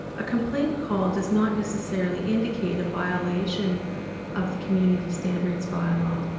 a complaint called does not necessarily indicate a violation of the community standards bylaw.